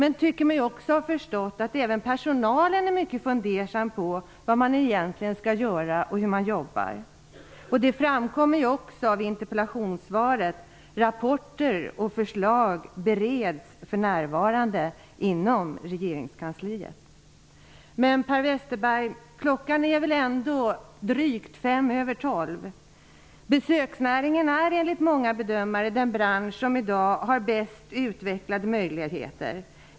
Jag tycker mig ha förstått att även personalen är fundersam över vad man egentligen skall göra och över hur man jobbar. Det framkommer också i interpellationssvaret att rapporter och förslag för närvarande bereds inom regeringskansliet. Men, Per Westerberg, klockan är nu drygt 5 över 12. Besöksnäringen är enligt många bedömare den bransch som har de bästa utvecklingsmöjligheterna.